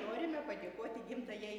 norime padėkoti gimtajai